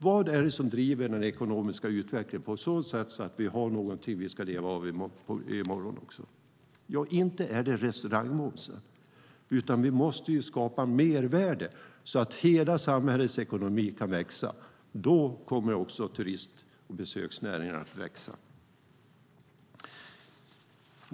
Vad är det som driver den ekonomiska utvecklingen på ett sådant sätt så att vi har någonting som vi ska leva av också i morgon? Ja, inte är det restaurangmomsen. Vi måste skapa mervärde så att hela samhällets ekonomi kan växa. Då kommer också turist och besöksnäringarna att växa.